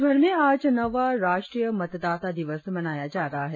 देशभर में आज नौवा राष्ट्रीय मतदाता दिवस मनाया जा रहा है